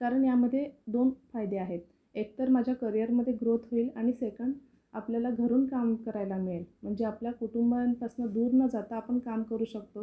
कारण यामध्ये दोन फायदे आहेत एकतर माझ्या करियरमध्ये ग्रोथ होईल आणि सेकंड आपल्याला घरून काम करायला मिळेल म्हणजे आपल्या कुटुंबापासून दूर न जाता आपण काम करू शकतो